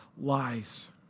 lies